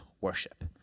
worship